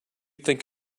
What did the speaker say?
think